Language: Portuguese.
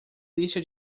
lista